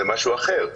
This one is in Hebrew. זה משהו אחר,